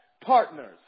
partners